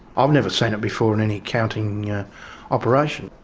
i've never seen it before and any accounting operation.